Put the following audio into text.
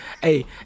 hey